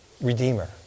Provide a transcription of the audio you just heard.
Redeemer